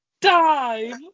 dive